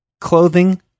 clothing